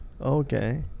okay